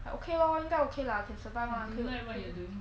okay lor 应该 okay lah can survive [one]